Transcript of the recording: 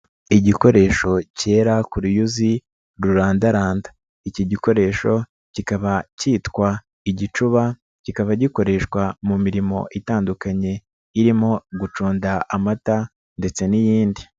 Igikoresho cyera ku ruyuzi rurandaranda, iki gikoresho kikaba cyitwa igicuba, kikaba gikoreshwa mu mirimo itandukanye, irimo gucunda amata ndetse n'iyindi.